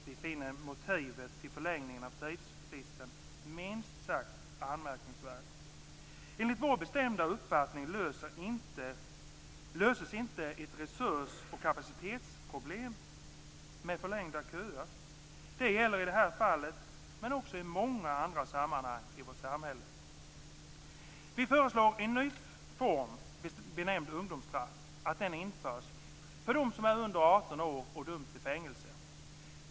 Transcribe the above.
Vi finner motivet till förlängningen av tidsfristen minst sagt anmärkningsvärt. Enligt vår bestämda uppfattning löses inte ett resurs och kapacitetsproblem med förlängda köer. Det gäller i det här fallet, men också i många andra sammanhang i vårt samhälle. Vi föreslår att en ny form, benämnd ungdomsstraff, införs för dem som är under 18 år och döms till fängelse.